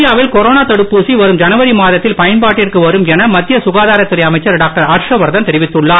இந்தியாவில் கொரோனா தடுப்பூசி வரும் ஜனவரி மாதத்தில் பயன்பாட்டிற்கு வரும் என மத்திய சுகாதாரத்துறை அமைச்சர் டாக்டர் ஹர்ஷ் வர்தன் தெரிவித்துள்ளார்